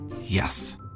Yes